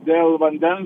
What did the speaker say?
dėl vandens